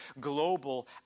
global